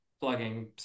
plugging